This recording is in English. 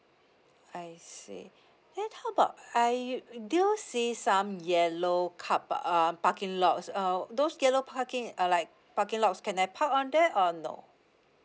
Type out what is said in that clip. I see then how about I do see some yellow carpa~ um parking lots uh those yellow parking are like parking lots can I park on that or no